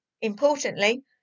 Importantly